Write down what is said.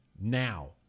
now